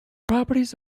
properties